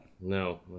No